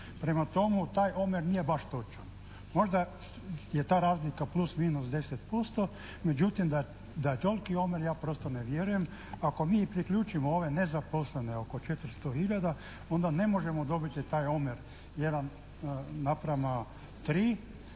Prema tomu, taj omjer baš i nije točan. Možda je ta razlika plus, minus 10%, međutim da je toliki omjer ja prosto ne vjerujem. Ako mi i priključimo ove nezaposlene oko 400 hiljada onda ne možemo dobiti taj omjer 1:3 nego bi